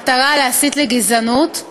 מטרה להסית לגזענות,